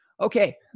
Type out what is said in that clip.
Okay